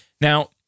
Now